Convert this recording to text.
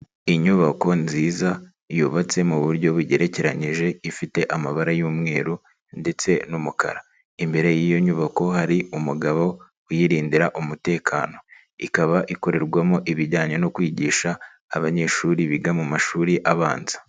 Inyubako nziza yubatse mu buryo bugerekeranyije ifite amabara y'umweru ndetse n'umukara, imbere y'iyo nyubako hari umugabo uyirindira umutekano, ikaba ikorerwamo ibijyanye no kwigisha abanyeshuri biga mu mashuri abanza.